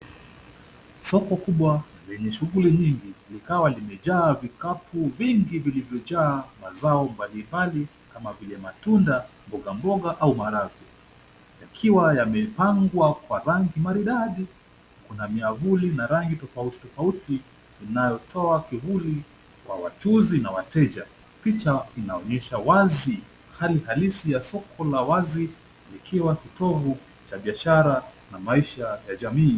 Soko kubwa, lenye shughuli nyingi, likawa limejaa vikapu vingi vilivyojaa mazao mbalimbali kama vile matunda, mboga, au maharagwe yakiwa yamepangwa kwa rangi maridadi. Kuna miavuli ya rangi tofauti tofauti vinavyotoa kivuli kwa wachuuzi na wateja. Picha inaonyesha wazi, hali halisi ya soko la wazi likiwa kitovu cha biashara na maisha ya jamii.